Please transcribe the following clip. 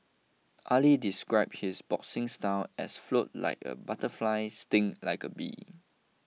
Ali describe his boxing style as float like a butterfly sting like a bee